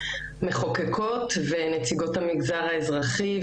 מחוקקות ונציגות המגזר האזרחי,